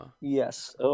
Yes